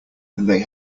they